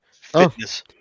fitness